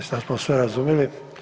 Sada smo sve razumjeli.